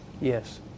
Yes